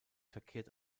verkehrt